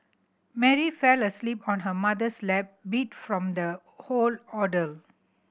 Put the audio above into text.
Mary fell asleep on her mother's lap beat from the whole ordeal